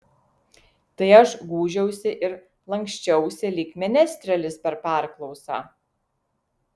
tai aš gūžiausi ir lanksčiausi lyg menestrelis per perklausą